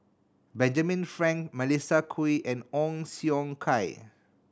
Benjamin Frank Melissa Kwee and Ong Siong Kai